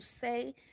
say